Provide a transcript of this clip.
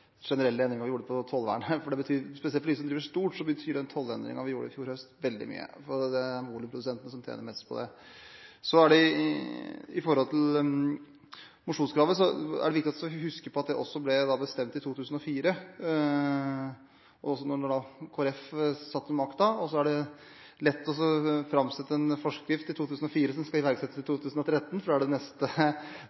generelle endringen vi gjorde på tollvernet. Spesielt for dem som driver stort, betyr den tollendringen vi gjorde i fjor høst, veldig mye, for det er volumprosenten som gjør at en tjener mest på det. Når det gjelder mosjonskravet, er det viktig å huske på at dette ble bestemt i 2004, da Kristelig Folkeparti satt med makta. Det er lett å framsette en forskrift i 2004 som skal iverksettes i